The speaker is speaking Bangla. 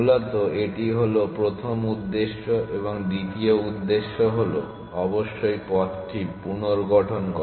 মূলত এটি হলো প্রথম উদ্দেশ্য এবং দ্বিতীয় উদ্দেশ্য হলো অবশ্যই পথটি পুনর্গঠন করা